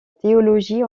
théologie